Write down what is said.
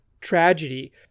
tragedy